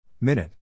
Minute